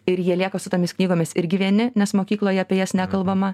ir jie lieka su tomis knygomis irgi vieni nes mokykloje apie jas nekalbama